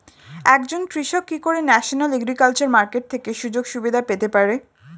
একজন কৃষক কি করে ন্যাশনাল এগ্রিকালচার মার্কেট থেকে সুযোগ সুবিধা পেতে পারে?